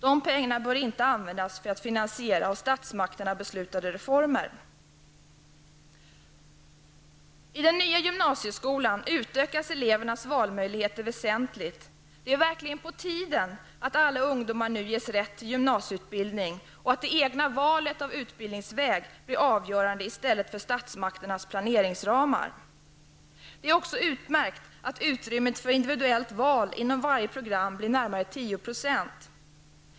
De pengar bör inte användas för att finansiera av statsmakterna beslutade reformer. I den nya gymnasieskolan utökas elevernas valmöjligheter väsentligt. Det är verkligen på tiden att alla ungdomar nu ges rätt till gymnasieutbildning och att det egna valet av utbildningsväg blir avgörande i stället för statsmatkernas planeringsramar. Det är också utmärkt att utrymmet för individuellt val inom varje program blir närmare 10 %.